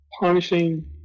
punishing